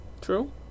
True